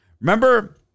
Remember